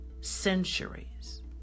centuries